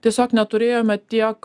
tiesiog neturėjome tiek